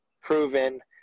proven